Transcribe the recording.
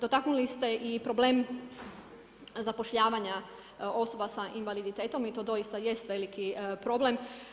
Dotaknuli ste i problem zapošljava osoba s invaliditetom i to doista jest veliki problem.